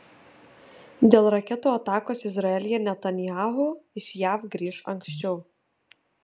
dėl raketų atakos izraelyje netanyahu iš jav grįš anksčiau